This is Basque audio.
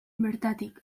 bertatik